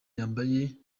yambaye